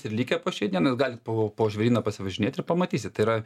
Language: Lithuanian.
ir likę po šiai dienai jūs galit po po žvėryną pasivažinėt ir pamatysit tai yra